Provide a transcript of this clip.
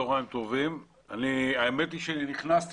האמת היא שנכנסתי